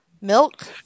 Milk